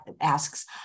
asks